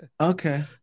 Okay